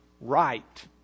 right